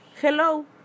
Hello